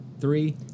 three